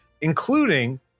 including